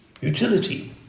Utility